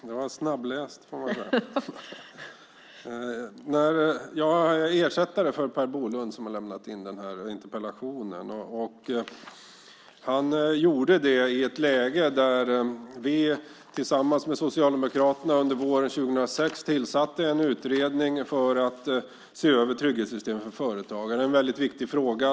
Herr talman! Jag är ersättare för Per Bolund som har inlämnat den här interpellationen. Han gjorde det i ett läge där vi tillsammans med Socialdemokraterna under våren 2006 tillsatte en utredning för att se över trygghetssystemen för företagare. Det är en väldigt viktig fråga.